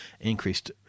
increased